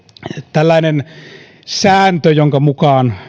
tällainen sääntö jonka mukaan